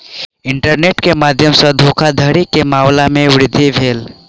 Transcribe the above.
internet के माध्यम सॅ धोखाधड़ी के मामला में वृद्धि भेल